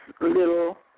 little